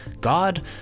God